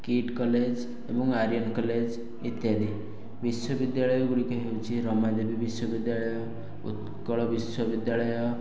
kit college ଏବଂ Aryan college ଇତ୍ୟାଦି ବିଶ୍ୱ ବିଦ୍ୟାଳୟ ଗୁଡିକ ହେଉଛି ରମାଦେବୀ ବିଶ୍ୱ ବିଦ୍ୟାଳୟ ଉତ୍କଳ ବିଶ୍ୱ ବିଦ୍ୟାଳୟ